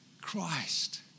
Christ